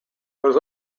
was